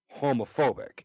homophobic